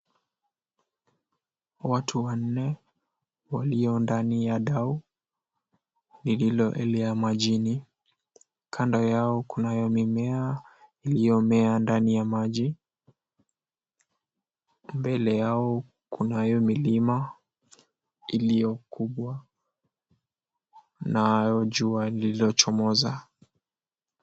Watu wanne walio ndani ya dau, lililoelea majini, kando yao kunayo mimea iliyomea ndani ya maji. Mbele yao kunayo milima iliyo kubwa na jua lililochomoza.